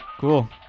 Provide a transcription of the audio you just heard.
cool